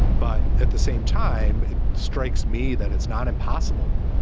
but at the same time, it strikes me that it's not impossible,